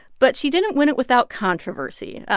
but she didn't win it without controversy.